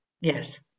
Yes